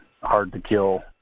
hard-to-kill